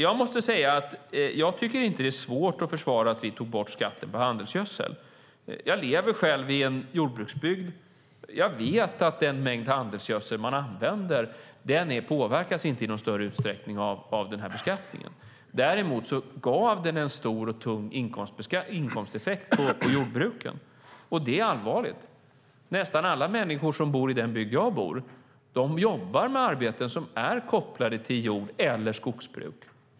Jag måste säga att jag inte tycker att det är svårt att försvara att vi tog bort skatten på handelsgödsel. Jag lever själv i en jordbruksbygd. Jag vet att den mängd handelsgödsel man använder inte påverkas i någon större utsträckning av den här beskattningen. Däremot gav det en stor och tung inkomsteffekt på jordbruken. Det är allvarligt. Nästan alla människor som bor i den bygd jag bor i har arbeten som är kopplade till jord eller skogsbruk.